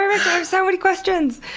um so many questions.